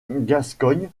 gascogne